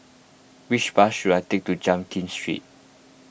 which bus should I take to Jiak Kim Street